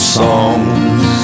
songs